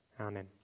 Amen